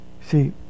See